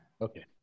Okay